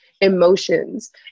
emotions